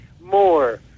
more